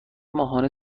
ماهانه